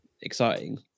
exciting